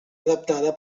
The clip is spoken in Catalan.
adaptada